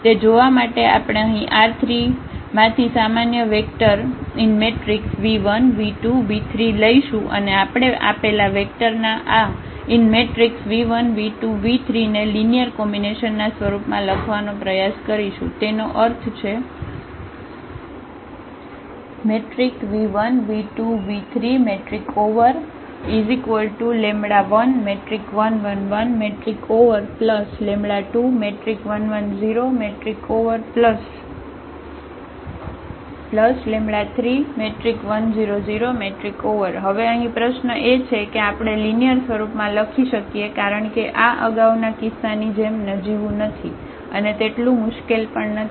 તે જોવા માટે આપણે અહીં R3 માંથી સામાન્ય વેક્ટર v1 v2 v3 લઈશું અને આપણે આપેલા વેક્ટર ના આ v1 v2 v3 ને લિનિયર કોમ્બિનેશનના સ્વરૂપમાં લખવાનો પ્રયાસ કરીશું તેનો અર્થ છે v1 v2 v3 11 1 1 21 1 0 31 0 0 હવે અહીં પ્રશ્ન એ છે કે આપણે લિનિયર સ્વરૂપમાં લખી શકીએ કારણ કે આ આગાઉના કિસ્સાની જેમ નજીવું નથી અને તેટલું મુશ્કેલ પણ નથી